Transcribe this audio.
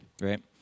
right